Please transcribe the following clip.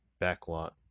backlot